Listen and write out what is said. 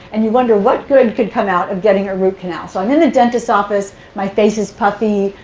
and you wonder, what good could come out of getting a root canal? so i'm in the dentist's office. my face is puffy,